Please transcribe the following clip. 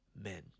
men